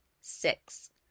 Six